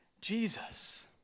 Jesus